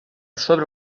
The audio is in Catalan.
sobre